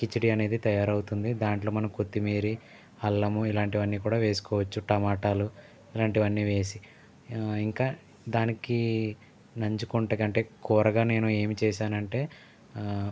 కిచిడి అనేది తయారవుతుంది దాంట్లో మనం కొత్తిమీర అల్లము ఇలాంటివన్నీ కూడా వేసుకోవచ్చు టమాటాలు ఇలాంటివన్నీ వేసి ఇంకా దానికి నంచుకొనుటకి అంటే కూరగా నేను ఏమి చేశానంటే